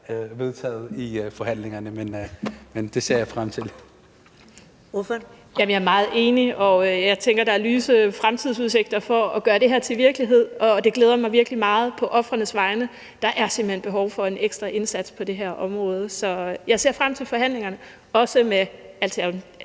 Karina Lorentzen Dehnhardt (SF): Jamen jeg er meget enig. Jeg tænker, at der er lyse fremtidsudsigter med hensyn til at gøre det her til virkelighed, og det glæder mig virkelig meget på ofrenes vegne. Der er simpelt hen behov for en ekstra indsats på det her område. Så jeg ser frem til forhandlingerne, også med